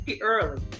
early